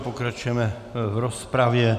Pokračujeme v rozpravě.